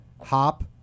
Hop